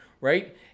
right